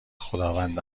خداوند